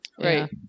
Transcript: Right